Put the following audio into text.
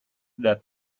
that